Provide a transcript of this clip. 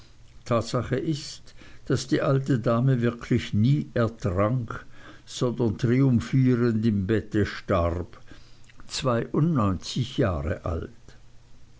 tatsache ist daß die alte dame wirklich nie ertrank sondern triumphierend im bette starb zweiundneunzig jahre alt